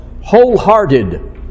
wholehearted